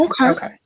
okay